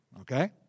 okay